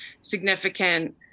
significant